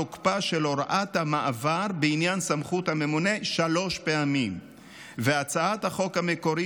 פעמים תוקפה של הוראת המעבר בעניין סמכות הממונה והצעת החוק המקורית